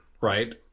right